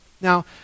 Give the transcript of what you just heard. Now